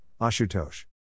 Ashutosh